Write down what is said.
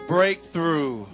Breakthrough